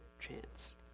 chance